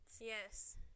yes